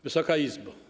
Wysoka Izbo!